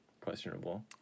questionable